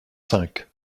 cinq